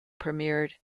premiered